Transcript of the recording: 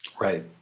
Right